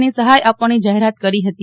ની સહાય આપવાની જાહેરાત કરી હતી